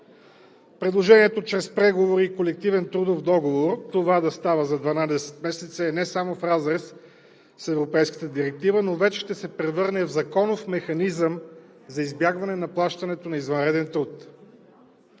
Предложението чрез преговори и колективен трудов договор това да става за 12 месеца е не само в разрез с европейската Директива, но вече ще се превърне в законов механизъм за избягване на плащането на извънреден труд.